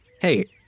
Hey